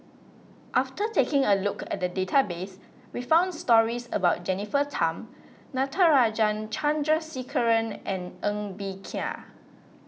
after taking a look at the database we found stories about Jennifer Tham Natarajan Chandrasekaran and Ng Bee Kia